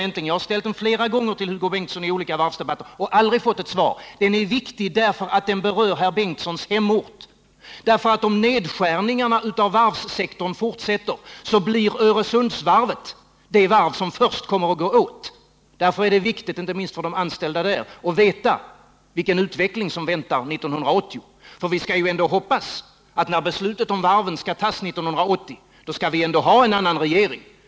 Jag har, i olika varvsdebatter, flera gånger ställt den frågan till Hugo Bengtsson, men jag har aldrig fått något svar. Frågan borde vara viktig för herr Bengtsson eftersom den berör herr Bengtssons hemort. Om nedskärningarna av varvssektorn fortsätter, blir nämligen Öresundsvarvet det varv som först kommer att gå åt. Därför är det — inte minst för de anställda vid varvet — viktigt att få veta vilken utveckling som väntar 1980. Vi skall väl ändå hoppas att vi 1980, när beslutet om varven skall fattas, har en annan regering.